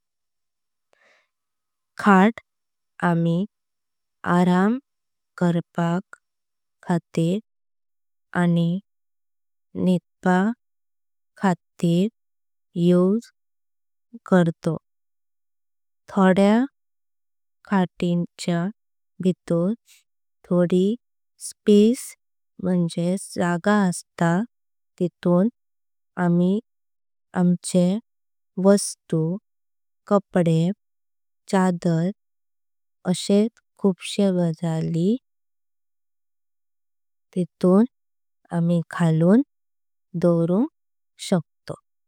खात आमी आराम करपा खातीर आनी निंदपा खातर। उसे करतो थोड्या खातीर च्या बितुर थोडी जगा। असता तेथून आमी खुप तऱ्हेची वस्तु जशे की चादर। कपडे आनी अशेच खुप से गजाली आमी दोवर्पी।